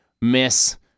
miss